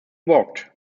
walked